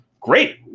Great